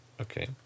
okay